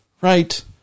right